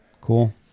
cool